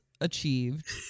achieved